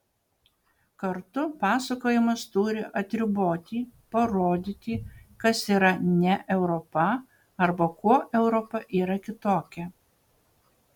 kartu pasakojimas turi atriboti parodyti kas yra ne europa arba kuo europa yra kitokia